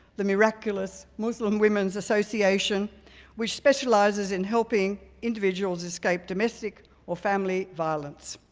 the miraculous muslim women's association which specializes in helping individuals escape domestic or family violence.